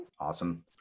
Awesome